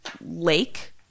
lake